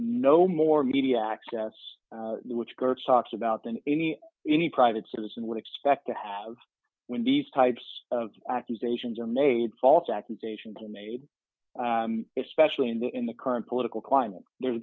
no more media access which her talks about than any any private citizen would expect to have when these types of accusations are made false accusations are made especially in the in the current political climate there's